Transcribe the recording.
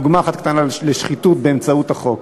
דוגמה אחת קטנה לשחיתות באמצעות החוק.